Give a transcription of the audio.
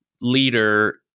leader